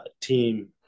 team